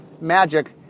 Magic